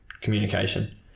communication